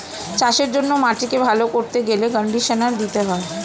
চাষের জন্য মাটিকে ভালো করতে গেলে কন্ডিশনার দিতে হয়